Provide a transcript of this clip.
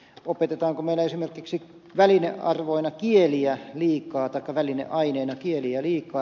opetetaanko meillä esimerkiksi välineaineina kieliä liikaa